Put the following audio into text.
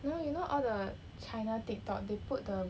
you know you know all the china Tiktok they put the